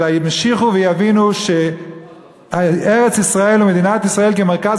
אלא ימשיכו ויבינו שארץ-ישראל ומדינת ישראל כמרכז